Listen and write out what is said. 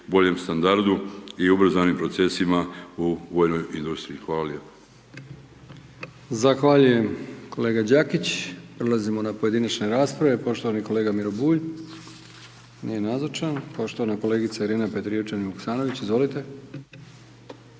boljem standardu i ubrzanim procesima u vojnoj industriji. Hvala